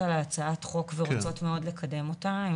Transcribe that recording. על הצעת החוק ורוצות מאוד לקדם אותה.